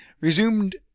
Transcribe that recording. resumed